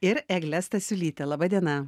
ir egle stasiulytė laba diena